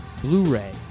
Blu-ray